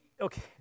okay